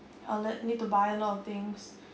a le~ need to buy a lot of things